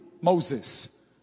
Moses